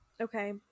Okay